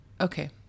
okay